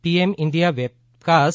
PM India webcast